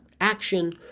action